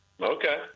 Okay